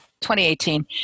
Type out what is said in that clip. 2018